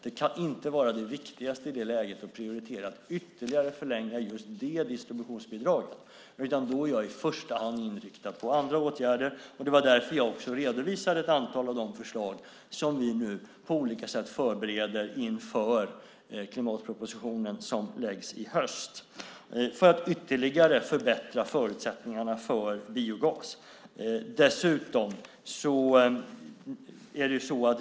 Det kan inte vara det viktigaste i det läget att prioritera att ytterligare förlänga just det distributionsbidraget, utan jag är i första hand inriktad på andra åtgärder. Det var därför jag redovisade ett antal av de förslag som vi nu på olika sätt förbereder inför klimatpropositionen i höst för att ytterligare förbättra förutsättningarna för biogas.